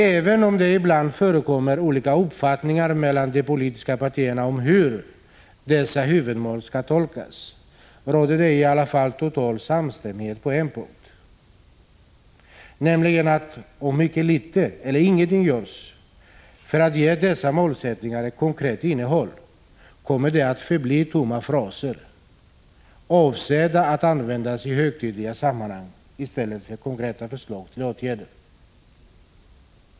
Även om det ibland förekommer olika uppfattningar mellan de politiska partierna om hur dessa huvudmål skall tolkas, råder det i alla fall total samstämmighet på en punkt: om mycket litet eller ingenting görs för att ge dessa målsättningar ett konkret innehåll kommer de att förbli tomma fraser avsedda att användas i högtidliga sammanhang i stället för konkreta förslag till åtgärder.